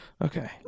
Okay